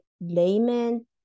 layman